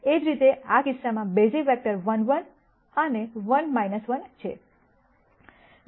એ જ રીતે આ કિસ્સામાં બેઝિક વેક્ટર 1 1 અને 1 1 છે